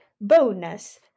bonus